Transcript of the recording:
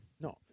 No